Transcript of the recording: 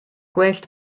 gwellt